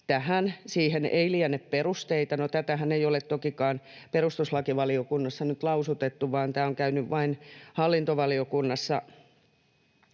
tähän. Siihen ei liene perusteita. No, tätähän ei ole tokikaan perustuslakivaliokunnassa nyt lausutettu, vaan lakiesitys on käynyt vain hallintovaliokunnassa,